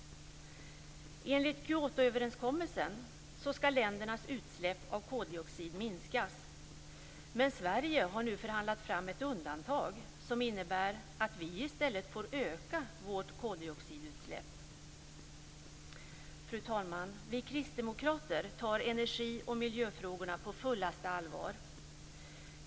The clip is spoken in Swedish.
Enligt Kyotoöverenskommelsen skall ländernas utsläpp av koldioxid minskas, men Sverige har nu förhandlat fram ett undantag som innebär att vi i stället får öka vårt koldioxidutsläpp. Fru talman! Vi kristdemokrater tar energi och miljöfrågorna på fullaste allvar.